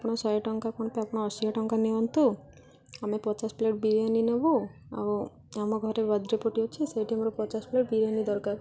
ଆପଣ ଶହେ ଟଙ୍କା କ'ଣ ପାଇଁ ଆପଣ ଅଶୀ ଟଙ୍କା ନିଅନ୍ତୁ ଆମେ ପଚାଶ ପ୍ଲେଟ୍ ବିରିୟାନୀ ନବୁ ଆଉ ଆମ ଘରେ ବାର୍ଥଡ଼େ ପାର୍ଟି ଅଛି ସେଇଠି ମୋର ପଚାଶ ପ୍ଲେଟ୍ ବିରିୟାନୀ ଦରକାର